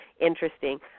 interesting